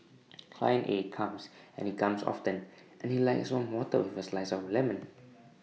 client A comes and he comes often and he likes warm water with A slice of lemon